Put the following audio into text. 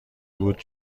بود